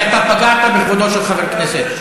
כי אתה פגעת בכבודו של חבר כנסת.